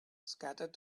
scattered